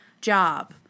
job